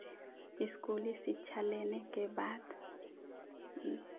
स्कूली शिक्षा लेने के बाद